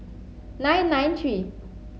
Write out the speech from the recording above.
nine nine three